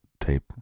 tape